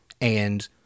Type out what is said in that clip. and-